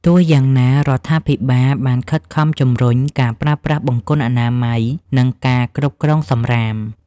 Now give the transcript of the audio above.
ទោះយ៉ាងណា រដ្ឋាភិបាលបានខិតខំជំរុញការប្រើប្រាស់បង្គន់អនាម័យ និងការគ្រប់គ្រងសំរាម។